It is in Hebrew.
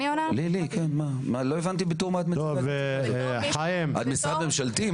את משרד ממשלתי?